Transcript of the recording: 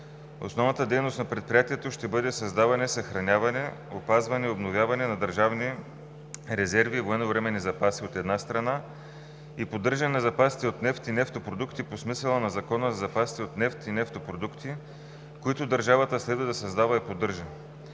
Основната дейност на предприятието ще бъде създаване, съхраняване, опазване и обновяване на държавни резерви и военновременни запаси, от една страна, и поддържане на запасите от нефт и нефтопродукти по смисъла на Закона за запасите от нефт и нефтопродукти, които държавата следва да създава и поддържа.